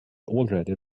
already